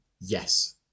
yes